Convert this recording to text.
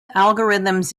algorithms